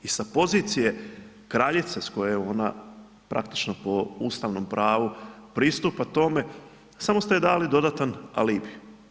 I sa pozicije kraljice s koje ona praktično po ustavnom pravu pristupa tome, samo ste joj dali dodatan alibi.